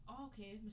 Okay